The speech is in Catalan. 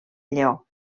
lleó